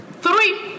Three